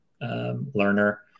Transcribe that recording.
learner